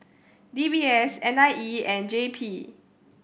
D B S N I E and J P